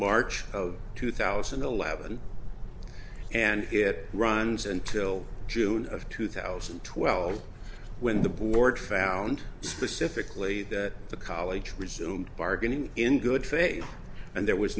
march of two thousand and eleven and it runs until june of two thousand and twelve when the board found specifically that the college resume bargaining in good faith and there was